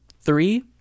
Three